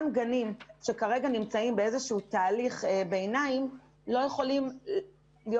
גם גנים שכרגע נמצאים בתהליך ביניים לא יכולים להיות